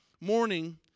morning